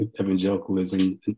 evangelicalism